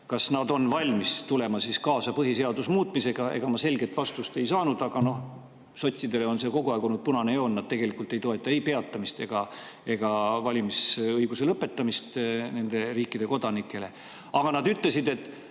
kas nad on valmis tulema kaasa põhiseaduse muutmisega. Ega ma selget vastust ei saanud, aga noh, sotsidele on see kogu aeg olnud punane joon. Nad tegelikult ei toeta ei peatamist ega valimisõiguse lõpetamist nende riikide kodanikele. Aga nad ütlesid, et